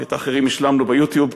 ואת האחרים השלמנו ב"יוטיוב"